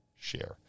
share